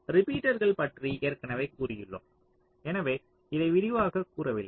ரிப்பீட்டர்கள் பற்றி ஏற்கனவே கூறியுள்ளோம் எனவே இதை விரிவாகக் கூறவில்லை